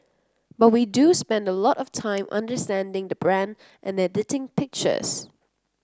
but we do spend a lot of time understanding the brand and editing pictures